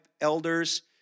elders